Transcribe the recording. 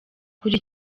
kuri